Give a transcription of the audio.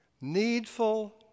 needful